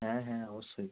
হ্যাঁ হ্যাঁ অবশ্যই